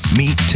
meet